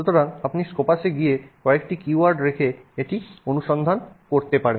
সুতরাং আপনি স্কোপাসে গিয়ে কয়েকটি কীওয়ার্ড রেখে একটি অনুসন্ধান করতে পারেন